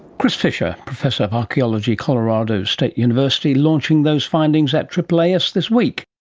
chris fisher, professor of archaeology, colorado state university, launching those findings at aaas this week